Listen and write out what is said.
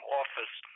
office